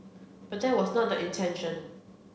but that was not the intention